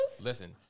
Listen